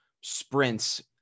sprints